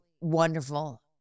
wonderful